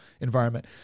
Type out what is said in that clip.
environment